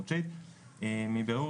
השעה היא 09:00 בבוקר.